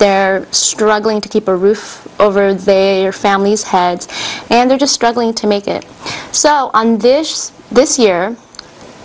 they're struggling to keep a roof over their family's heads and they're just struggling to make it so on dish this year